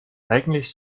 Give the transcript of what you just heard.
eigentlich